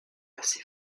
assez